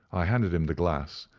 i handed him the glass,